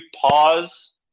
pause